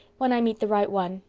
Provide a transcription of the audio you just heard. when i meet the right one,